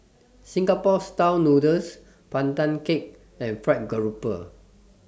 Singapore Style Noodles Pandan Cake and Fried Grouper